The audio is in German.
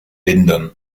lindern